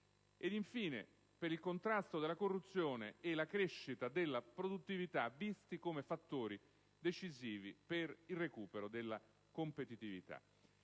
infine per il contrasto della corruzione e la crescita della produttività, considerati come fattori decisivi per il recupero della competitività.